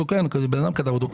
בן אדם כתב אותו.